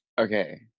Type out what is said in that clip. Okay